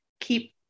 keep